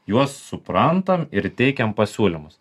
juos suprantam ir teikiam pasiūlymus